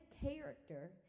character